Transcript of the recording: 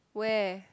where